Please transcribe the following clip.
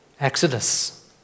Exodus